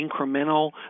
incremental